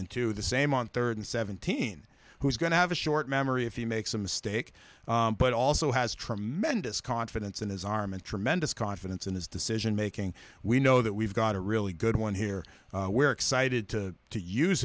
into the same on third and seventeen who's going to have a short memory if he makes a mistake but also has tremendous confidence in his arm and tremendous confidence in his decision making we know that we've got a really good one here we're excited to to use